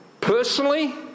Personally